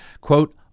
quote